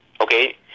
Okay